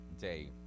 day